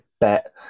bet